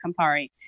Campari